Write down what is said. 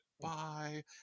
bye